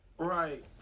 Right